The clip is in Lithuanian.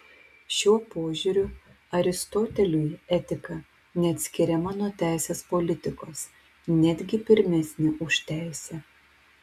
šiuo požiūriu aristoteliui etika neatskiriama nuo teisės politikos netgi pirmesnė už teisę